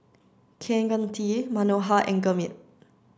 Kaneganti Manohar and Gurmeet